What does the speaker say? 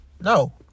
No